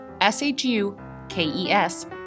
S-H-U-K-E-S